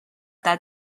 that